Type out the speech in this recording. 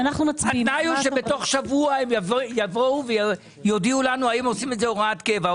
התנאי הוא שבתוך שבוע הם יבואו ויודיעו לנו האם עושים את זה הוראת קבע.